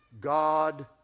God